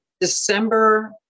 December